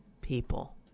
people